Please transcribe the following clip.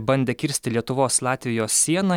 bandė kirsti lietuvos latvijos sieną